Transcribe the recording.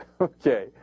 Okay